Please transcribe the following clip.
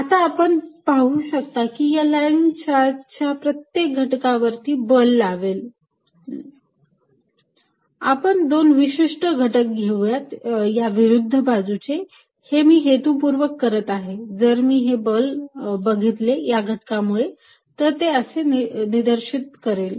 आता आपण पाहू शकता की या लाईन चार्जचा प्रत्येक घटक यावरती बल लावेल आपण दोन विशिष्ट घटक घेऊयात या विरुद्ध बाजूचे हे मी हेतुपूर्वक करत आहे जर मी हे बल बघितले या घटकामुळे तर हे असे निदर्शित करेल